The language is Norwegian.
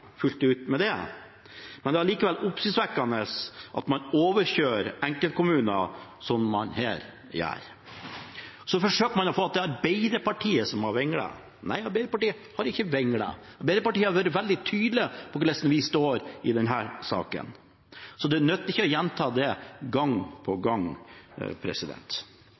fullt ut med det, men det er allikevel oppsiktsvekkende at man overkjører enkeltkommuner, som man her gjør. Så forsøker man å få det til at det er Arbeiderpartiet som har vinglet. Nei, Arbeiderpartiet har ikke vinglet. Arbeiderpartiet har vært veldig tydelig på hvorledes vi står i denne saken. Det nytter ikke å gjenta det gang på gang.